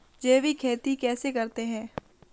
जैविक खेती कैसे करते हैं?